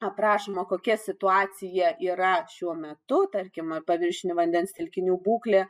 aprašoma kokia situacija yra šiuo metu tarkime paviršinių vandens telkinių būklė